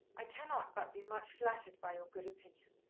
i cannot but be much flattered by your good opinion.